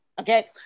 Okay